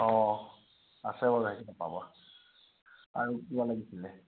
অঁ আছে বাৰু সেইখিনি পাব আৰু কিবা লাগিছিলে